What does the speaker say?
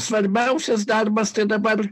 svarbiausias darbas tai dabar